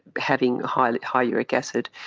having high high uric acid.